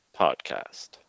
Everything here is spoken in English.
podcast